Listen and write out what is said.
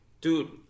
Dude